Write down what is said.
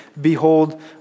Behold